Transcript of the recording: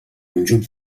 conjunt